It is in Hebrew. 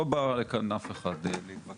לא בא לכאן אף אחד להתווכח,